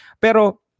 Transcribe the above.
Pero